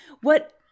What-